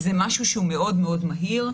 זה משהו שהוא מאוד מהיר.